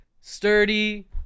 sturdy